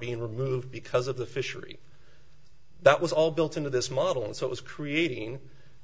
being removed because of the fishery that was all built into this model and so it was creating